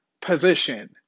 position